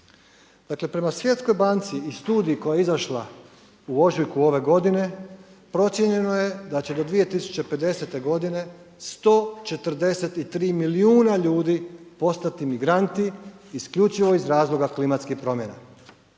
Dakle, prema Svjetskoj banci i Studiji koja je izašla u ožujku ove godine, procijenjeno je da će do 2050. godine 143 milijuna ljudi postati migranti, isključivo iz razloga klimatskih promjena.